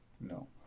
No